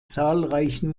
zahlreichen